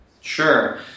Sure